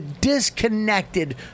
disconnected